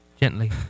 gently